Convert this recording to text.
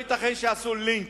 לא ייתכן שיעשו לינץ'